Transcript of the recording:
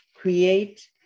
create